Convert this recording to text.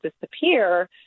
disappear